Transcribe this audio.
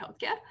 healthcare